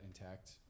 intact